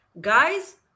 guys